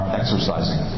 exercising